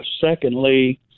secondly